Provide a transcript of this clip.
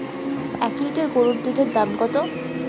এক লিটার গরুর দুধের দাম কত?